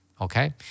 okay